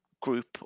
group